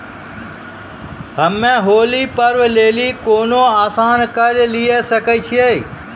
हम्मय होली पर्व लेली कोनो आसान कर्ज लिये सकय छियै?